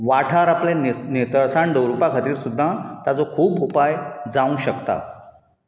वाठार आपले नित नितळसाण दवरुपा खातीर सुद्दां ताचो खूब उपाय जावंक शकता